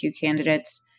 candidates